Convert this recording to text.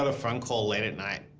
ah phone call late at night.